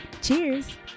Cheers